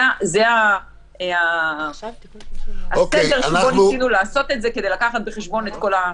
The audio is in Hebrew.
זה הסדר שבו ניסינו לעשות את זה כדי לקחת בחשבון את כל הדברים האלה.